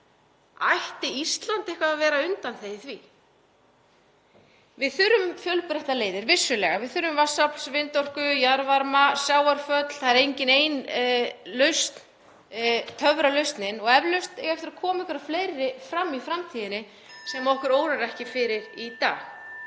Ætti Ísland eitthvað að vera undanþegið því? Við þurfum fjölbreyttar leiðir, vissulega. Við þurfum vatnsaflsorku, vindorku, jarðvarma, sjávarföll. Það er engin ein lausn töfralausnin og eflaust eigi eftir að koma einhverjar fleiri fram í framtíðinni sem okkur órar ekki fyrir í dag.